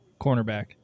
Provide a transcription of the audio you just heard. cornerback